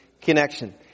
connection